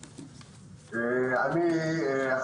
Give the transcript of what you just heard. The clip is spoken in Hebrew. בבקשה.